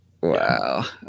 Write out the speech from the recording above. Wow